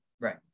right